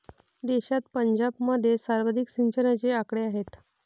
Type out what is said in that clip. देशात पंजाबमध्ये सर्वाधिक सिंचनाचे आकडे आहेत